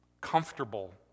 comfortable